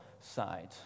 side